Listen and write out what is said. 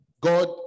God